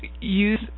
use